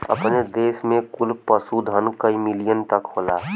अपने देस में कुल पशुधन कई मिलियन तक होला